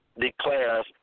declares